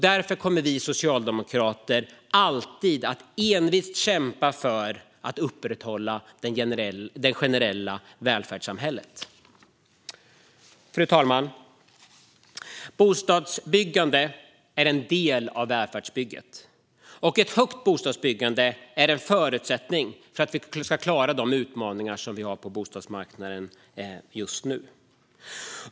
Därför kommer vi socialdemokrater alltid att envist kämpa för att upprätthålla det generella välfärdssamhället. Fru talman! Bostadsbyggande är en del av välfärdsbygget, och ett högt bostadsbyggande är en förutsättning för att vi ska klara de utmaningar som vi har på bostadsmarknaden just nu.